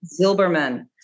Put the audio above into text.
Zilberman